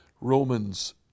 Romans